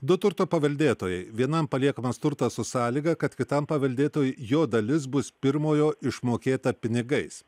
du turto paveldėtojai vienam paliekamas turtas su sąlyga kad kitam paveldėtojui jo dalis bus pirmojo išmokėta pinigais